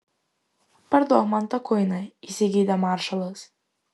parduok man tą kuiną įsigeidė maršalas